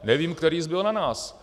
Nevím, který zbyl na nás.